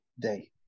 day